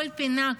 כל פינה,